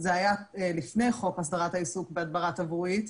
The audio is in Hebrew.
זה היה לפני חוק הסדרת העיסוק בהדברה תברואית.